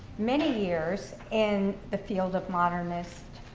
many years in the field of modernist.